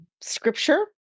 scripture